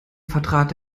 vertrat